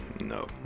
no